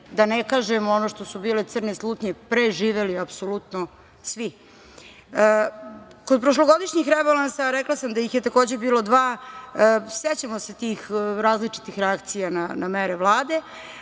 da ne kažem ono što su bile crne slutnje - preživeli apsolutno svi. Kod prošlogodišnjih rebalansa, a rekla sam da ih je takođe bilo dva, sećamo se tih različitih reakcija na mere Vlade,